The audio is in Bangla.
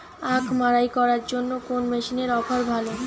আখ মাড়াই করার জন্য কোন মেশিনের অফার ভালো?